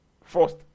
First